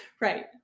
Right